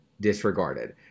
disregarded